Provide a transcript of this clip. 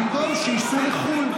במקום שייסעו לחו"ל.